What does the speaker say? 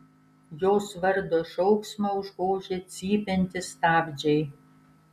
jos vardo šauksmą užgožia cypiantys stabdžiai